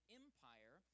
empire